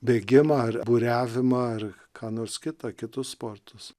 bėgimą ar buriavimą ar ką nors kitą kitus sportus